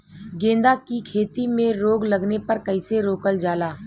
गेंदा की खेती में रोग लगने पर कैसे रोकल जाला?